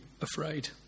afraid